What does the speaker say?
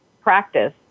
practice